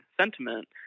sentiment